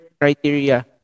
criteria